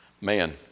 man